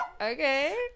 okay